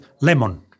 lemon